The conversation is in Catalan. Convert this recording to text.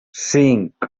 cinc